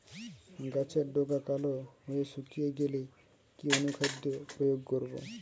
গাছের ডগা কালো হয়ে শুকিয়ে গেলে কি অনুখাদ্য প্রয়োগ করব?